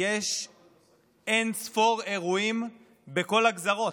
יש אין-ספור אירועים בכל הגזרות,